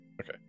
Okay